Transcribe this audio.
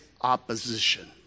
opposition